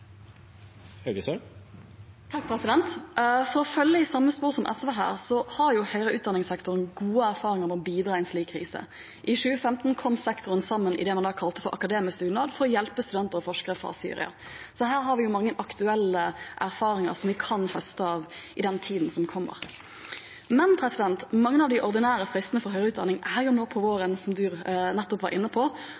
har gode erfaringer med å bidra i en slik krise. I 2015 kom sektoren sammen i det man da kalte for akademisk dugnad, for å hjelpe studenter og forskere fra Syria. Her har vi mange aktuelle erfaringer som vi kan høste av i den tiden som kommer. Men mange av de ordinære fristene for høyere utdanning er jo nå på